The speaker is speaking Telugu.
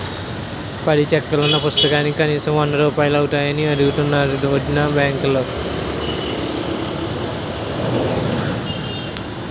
పది చెక్కులున్న పుస్తకానికి కనీసం వందరూపాయలు అవుతాయని అడుగుతున్నారు వొదినా బాంకులో